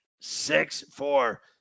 Six-four